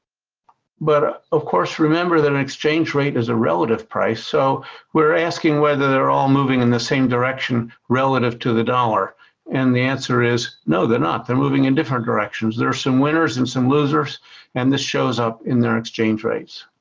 but, of course, remember that and exchange rate is a relative price, so we're asking whether they're all moving in the same direction relative to the dollar and the answer is no they're not, they're moving in different directions. there are some winners and some losers and this shows up in their exchange rates.